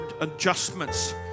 adjustments